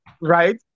Right